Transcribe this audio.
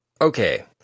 Okay